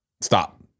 stop